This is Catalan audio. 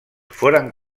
foren